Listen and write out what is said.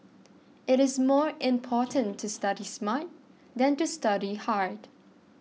it is more important to study smart than to study hard